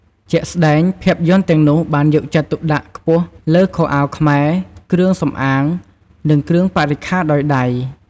ជាក់ស្ដែង ភាពយន្តទាំងនោះបានយកចិត្តទុកដាក់ខ្ពស់លើ ខោអាវខ្មែរ គ្រឿងសំអាង និងគ្រឿងបរិក្ខារដោយដៃ។